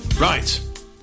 Right